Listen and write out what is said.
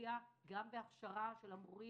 להשקיע גם בהכשרת המורים.